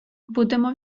будемо